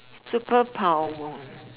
superpower